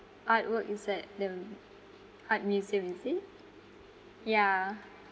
artwork is at the art museum is it yeah